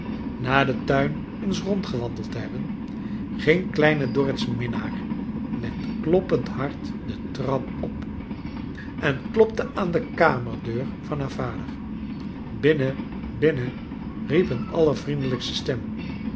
na den tuin eens rondgewandeld te hebben gmg kleine dorrit's minnaar met kloppend hart de trap op en klopte aan de kamerdeur van haar vader binnen binnen riep een allcrvriendelijkste stem